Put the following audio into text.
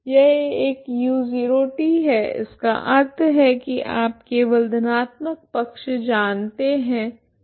यह एक u0t है इसका अर्थ है कि आप केवल धनात्मक पक्ष जानते है यह शून्य है